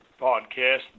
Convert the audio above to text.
podcast